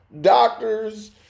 doctors